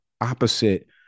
opposite